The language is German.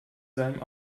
seinem